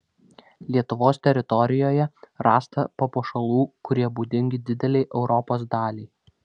lietuvos teritorijoje rasta papuošalų kurie būdingi didelei europos daliai